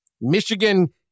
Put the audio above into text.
Michigan